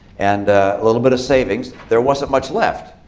and a little bit of savings, there wasn't much left.